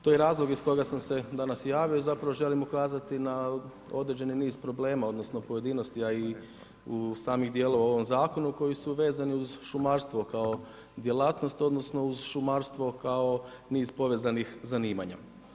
To je razlog iz kojega sam se danas javio, zapravo želim ukazati na određeni niz problema odnosno pojedinosti a i samih dijelova u ovom zakonu koji su vezani uz šumarstvo kao djelatnost odnosno uz šumarstvo kao niz povezanih zanimanja.